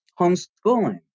homeschooling